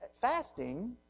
Fasting